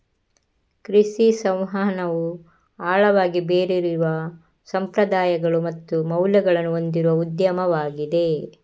ಕೃಷಿ ಸಂವಹನವು ಆಳವಾಗಿ ಬೇರೂರಿರುವ ಸಂಪ್ರದಾಯಗಳು ಮತ್ತು ಮೌಲ್ಯಗಳನ್ನು ಹೊಂದಿರುವ ಉದ್ಯಮವಾಗಿದೆ